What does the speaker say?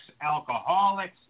alcoholics